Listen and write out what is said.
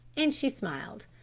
and she smiled.